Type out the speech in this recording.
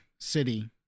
city